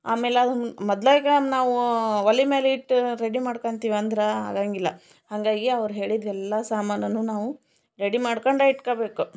ಆಮೇಲೆ ಅದನ್ನು ಮೊದ್ಲಿಗೆ ನಾವು ಒಲೆ ಮೇಲಿಟ್ಟು ರೆಡಿ ಮಾಡ್ಕೊಂತೀವಂದ್ರಾ ಆಗೊಂಗಿಲ್ಲ ಹಾಗಾಗಿ ಅವ್ರು ಹೇಳಿದ ಎಲ್ಲ ಸಾಮಾನನ್ನು ನಾವು ರೆಡಿ ಮಾಡ್ಕಂಡು ಇಟ್ಕೋಬೇಕು